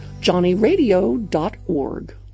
johnnyradio.org